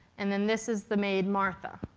and then this is the maid, martha.